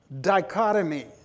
dichotomy